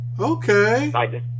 okay